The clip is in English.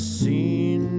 seen